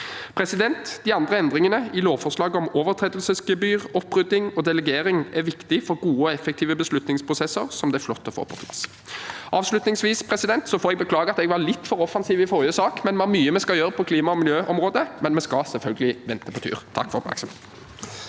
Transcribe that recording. hekketiden. De andre endringene i lovforslaget om overtredelsesgebyr, opprydding og delegering er viktig for gode og effektive beslutningsprosesser som det er flott å få på plass. Avslutningsvis får jeg beklage at jeg var litt for offensiv i forrige sak, vi har mye vi skal gjøre på klima- og miljøområdet, men vi skal selvfølgelig vente på tur. Presidenten